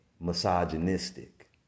misogynistic